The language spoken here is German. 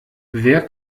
wer